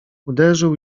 uderzył